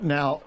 Now